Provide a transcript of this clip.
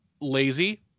lazy